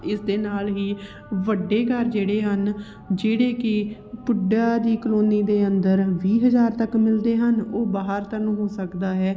ਇਸ ਦੇ ਨਾਲ ਹੀ ਵੱਡੇ ਘਰ ਜਿਹੜੇ ਹਨ ਜਿਹੜੇ ਕਿ ਪੁੱਡਾ ਦੀ ਕਲੋਨੀ ਦੇ ਅੰਦਰ ਵੀਹ ਹਜ਼ਾਰ ਤੱਕ ਮਿਲਦੇ ਹਨ ਉਹ ਬਾਹਰ ਤੁਹਾਨੂੰ ਹੋ ਸਕਦਾ ਹੈ